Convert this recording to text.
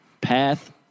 path